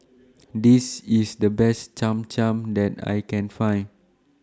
This IS The Best Cham Cham that I Can Find